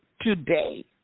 today